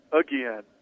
again